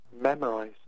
memorize